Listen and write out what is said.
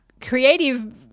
creative